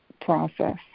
process